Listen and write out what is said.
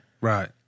right